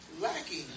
lacking